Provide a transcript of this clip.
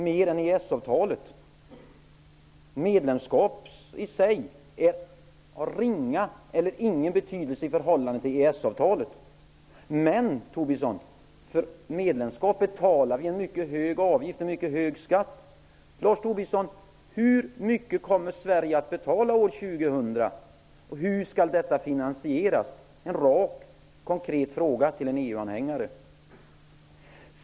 Herr talman! Lars Tobisson var väldigt glad över EU-avtalet. Det skulle innebära en stor öppning för Sveriges ekonomi. Det är säkert sant att det var huvudpunkten i Ny start för Sverige. Jag kan kanske förstå varför det gått så dåligt i ekonomin: det är först nu avtalet är i hamn. Men det avtalet påverkar inte Sveriges reala ekonomi mer än EES avtalet. Medlemskap i sig är av ringa eller av ingen betydelse i förhållande till EES-avtalet. Men, herr Tobisson, för medlemskap betalar vi en mycket hög avgift, en mycket hög skatt. Hur mycket, Lars Tobisson, kommer Sverige att betala år 2000? Hur skall detta finansieras? Det är en rak, konkret fråga till en EU-anhängare.